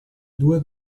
due